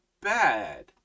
bad